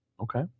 Okay